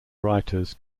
writers